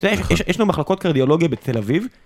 יש לנו מחלקות קרדיאולוגיה בתל אביב.